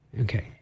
Okay